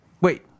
Wait